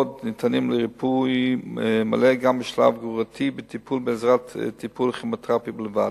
ניתנים לריפוי מלא גם בשלב הגרורתי בעזרת טיפולי כימותרפיה בלבד.